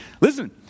Listen